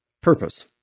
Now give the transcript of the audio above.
purpose